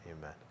amen